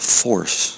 force